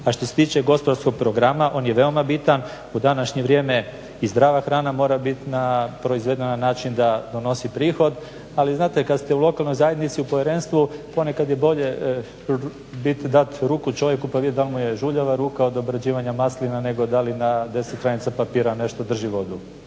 A što se tiče gospodarskog programa on je veoma bitan. U današnje vrijeme i zdrava hrana mora biti proizvedena na način da donosi prihod. Ali znate kad ste u lokalnoj zajednici u povjerenstvu ponekad je bolje dati ruku čovjeku pa vidjeti da li mu je žuljava ruka od obrađivanja maslina nego da li na deset stranica papira nešto drži vodu.